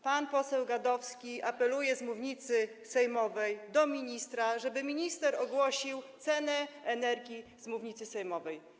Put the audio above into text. Pan poseł Gadowski apeluje z mównicy do ministra, żeby minister ogłosił cenę energii z mównicy sejmowej.